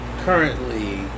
currently